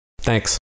Thanks